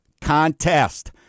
contest